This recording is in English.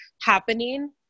happening